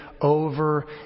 over